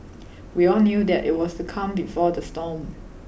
we all knew that it was the calm before the storm